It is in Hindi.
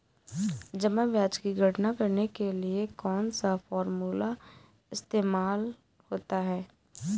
जमा ब्याज की गणना करने के लिए कौनसा फॉर्मूला इस्तेमाल होता है?